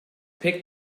pek